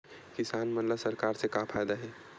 किसान मन ला सरकार से का फ़ायदा हे?